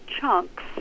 chunks